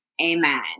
Amen